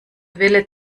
wille